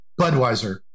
Budweiser